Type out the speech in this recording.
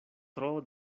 tro